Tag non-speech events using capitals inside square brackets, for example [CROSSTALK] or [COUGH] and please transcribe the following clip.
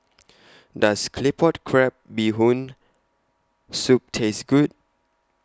[NOISE] Does Claypot Crab Bee Hoon Soup Taste Good